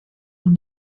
und